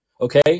Okay